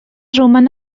roman